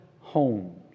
homes